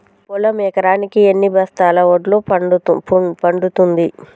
పొలం ఎకరాకి ఎన్ని బస్తాల వడ్లు పండుతుంది?